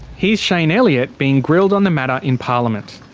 here's shayne elliott being grilled on the matter in parliament.